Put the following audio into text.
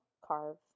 carve